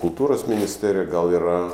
kultūros ministerija gal yra